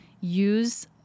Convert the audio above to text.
use